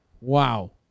Wow